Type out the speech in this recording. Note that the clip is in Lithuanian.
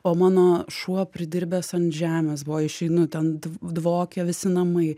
o mano šuo pridirbęs ant žemės buvo išeinu ten dv dvokia visi namai